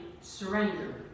surrender